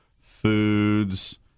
Foods